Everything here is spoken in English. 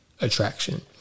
attraction